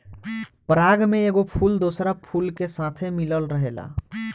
पराग में एगो फूल दोसरा फूल के साथे मिलत रहेला